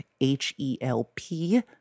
H-E-L-P